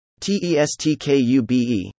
TESTKUBE